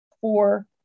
four